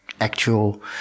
actual